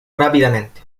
rápidamente